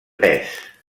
tres